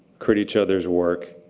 crit each other's work,